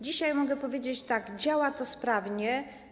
Dzisiaj mogę powiedzieć, że działa to sprawnie.